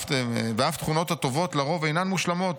"-- ואף התכונות הטובות לרוב אינן מושלמות,